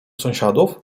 sąsiadów